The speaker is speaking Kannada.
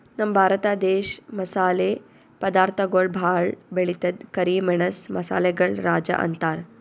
ನಮ್ ಭರತ ದೇಶ್ ಮಸಾಲೆ ಪದಾರ್ಥಗೊಳ್ ಭಾಳ್ ಬೆಳಿತದ್ ಕರಿ ಮೆಣಸ್ ಮಸಾಲೆಗಳ್ ರಾಜ ಅಂತಾರ್